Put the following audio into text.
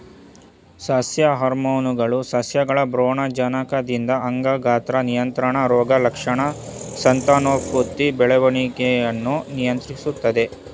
ಸಸ್ಯ ಹಾರ್ಮೋನ್ಗಳು ಸಸ್ಯಗಳ ಭ್ರೂಣಜನಕದಿಂದ ಅಂಗ ಗಾತ್ರ ನಿಯಂತ್ರಣ ರೋಗಲಕ್ಷಣ ಸಂತಾನೋತ್ಪತ್ತಿ ಬೆಳವಣಿಗೆಯನ್ನು ನಿಯಂತ್ರಿಸ್ತದೆ